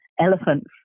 elephants